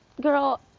Girl